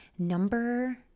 Number